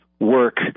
work